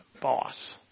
boss